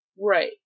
Right